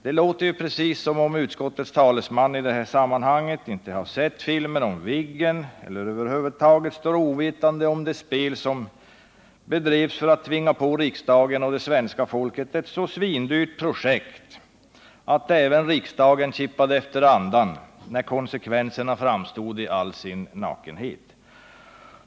Det låter precis som om utskottets talesman i den här frågan inte sett filmen Viggen —det förefaller som om han över huvud taget står ovetande om det spel som tvingar på riksdagen och det svenska folket ett så svindyrt projekt att även riksdagen kippade efter andan, när konsekvenserna framstod i all sin nakenhet.